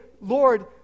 Lord